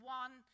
one